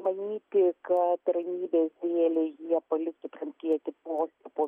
manyti kad ramybės dėlei jie paliktų pranckietį poste po